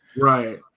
Right